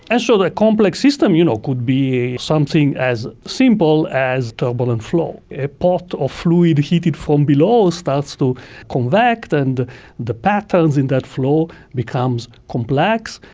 so the complex system you know could be something as simple as turbulent flow. a pot of fluid heated from below starts to convect and the patterns in that flow becomes complex.